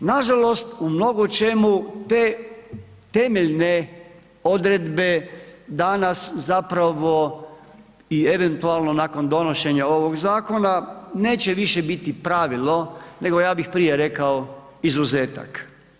Nažalost, u mnogo čemu te temeljne odredbe danas zapravo i eventualno nakon donošenja ovog zakona neće više biti pravilo, nego ja bih prije rekao izuzetak.